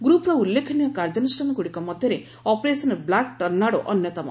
ଗ୍ରପ୍ର ଉଲ୍ଲ୍ଖେନୀୟ କାର୍ଯ୍ୟାନୁଷ୍ଠାନଗୁଡ଼ିକ ମଧ୍ୟରେ ଅପରେସନ ବ୍ଲାକ୍ ଟର୍ଣ୍ଣାଡୋ ଅନ୍ୟତମ